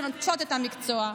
שנוטשות את המקצוע.